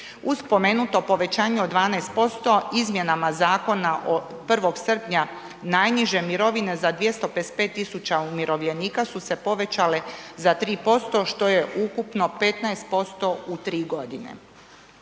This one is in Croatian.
spomenuto povećanje od 12%, izmjenama zakona od 1. srpnja najniže mirovine, za 255 tisuća umirovljenika su se povećale za 3%, što je ukupno 15% u 3 godine.